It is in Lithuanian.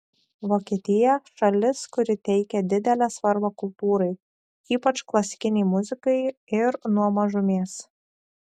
vokietija šalis kuri teikia didelę svarbą kultūrai ypač klasikinei muzikai ir nuo mažumės